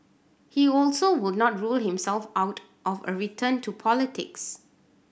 he also would not rule himself out of a return to politics